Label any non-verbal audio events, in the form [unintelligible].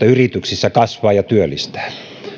[unintelligible] yrityksissä rohkeutta kasvaa ja työllistää